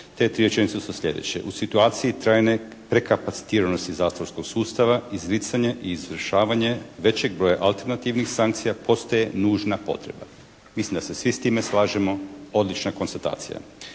Te tri rečenice su sljedeće. U situaciji trajne prekapacitiranosti zatvorskog sustava, izricanje i izvršavanje većeg broja alternativnih sankcija postoje nužna potreba. Mislim da se svi s time slažemo, odlična konstatacija.